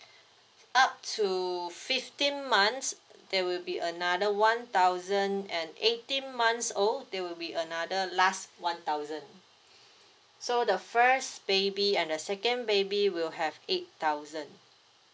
up to fifteen months there will be another one thousand and eighteen months old they will be another last one thousand so the first baby and the second baby will have eight thousand